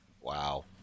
Wow